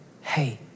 Hey